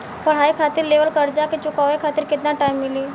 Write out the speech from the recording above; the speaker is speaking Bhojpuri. पढ़ाई खातिर लेवल कर्जा के चुकावे खातिर केतना टाइम मिली?